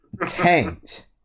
tanked